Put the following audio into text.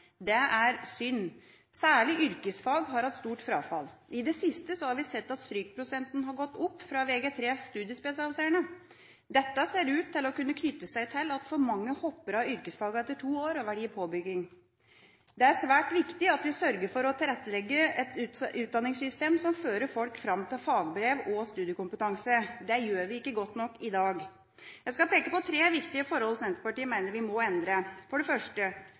Det er synd. Særlig yrkesfag har hatt stort frafall. I det siste har vi sett at strykprosenten har gått opp på Vg3 studiespesialiserende. Dette ser ut til å kunne knytte seg til at for mange hopper av yrkesfagene etter to år og velger påbygging. Det er svært viktig at vi sørger for å tilrettelegge et utdanningssystem som fører folk fram til fagbrev og studiekompetanse. Det gjør vi ikke godt nok i dag. Jeg skal peke på tre viktige forhold Senterpartiet mener vi må endre: For det første: